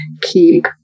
keep